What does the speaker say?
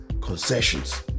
concessions